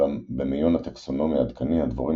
אולם במיון הטקסונומי העדכני הדבורים